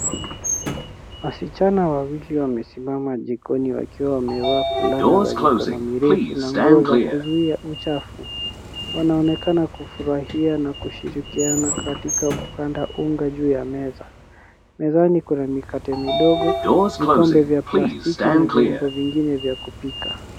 Wasichana wawili wamesimama jikoni wakiwa wamevaa fulana za mikono mirefu, na nguo za kuzuia uchafu. Wanaonekana kufurahia na kushirikiana katika kukanda unga juu ya meza. Mezani kuna mikate midogo, vikombe vya plastiki, na vyombo vingine vya kupika.